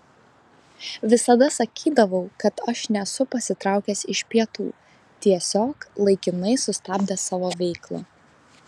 visada sakydavau kad aš nesu pasitraukęs iš pietų tiesiog laikinai sustabdęs savo veiklą